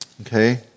okay